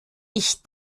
ich